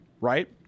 right